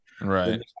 Right